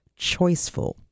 choiceful